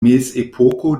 mezepoko